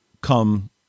come